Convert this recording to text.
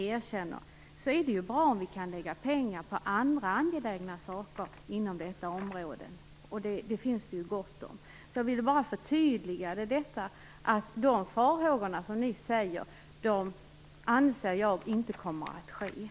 Det är bra om vi kan lägga pengar på andra angelägna saker inom detta område. Sådana finns det gott om. Jag vill bara förtydliga med att säga att jag anser att de farhågor ni har inte kommer att besannas.